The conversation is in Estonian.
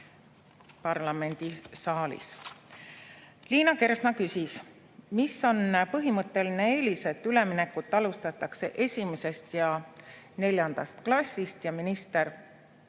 parlamendisaalis. Liina Kersna küsis, mis on põhimõtteline eelis, et üleminekut alustatakse esimesest ja neljandast klassist. Minister vastas,